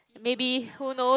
maybe who knows